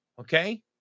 okay